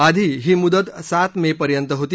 आधी ही मुदत सात मे पर्यंत होती